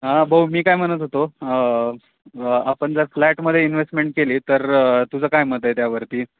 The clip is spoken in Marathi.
हां भाऊ मी काय म्हणत होतो आपण जर फ्लॅटमध्ये इन्व्हेस्टमेंट केली तर तुझं काय मत आहे त्यावरती